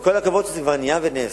עם כל הכבוד לכך שזה כבר נהיה ונעשה,